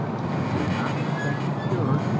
if it did not effect a cure,